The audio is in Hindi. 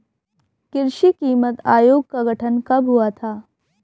कृषि कीमत आयोग का गठन कब हुआ था?